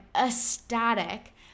ecstatic